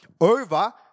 over